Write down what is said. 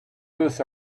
this